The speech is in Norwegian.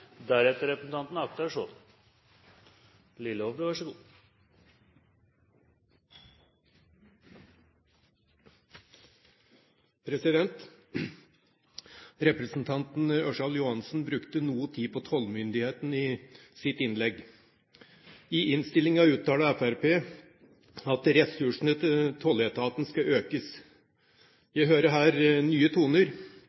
Ørsal Johansen brukte noe tid på tollmyndighetene i sitt innlegg. I innstillingen uttaler Fremskrittspartiet at ressursene til tolletaten skal økes.